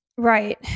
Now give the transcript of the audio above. Right